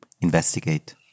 investigate